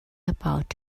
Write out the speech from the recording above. about